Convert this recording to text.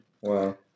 Wow